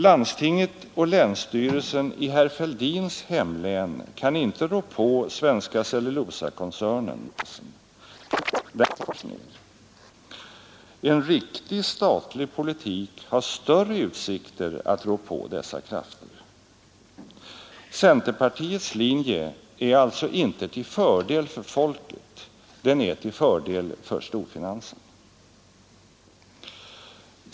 Landstinget och länsstyrelsen i herr Fälldins hemlän kan inte rå på Svenska cellulosakoncernen, som dirigeras av Handelsbanken och dess finansintressen Därför läggs fabriken i Svartvik ner, därför läggs fabriken i Kramfors ner. En riktig statlig politik har större utsikter att rå på dessa krafter. Centerpartiets linje är alltså inte till fördel för folket. Den är till fördel för storfinansen.